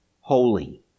holy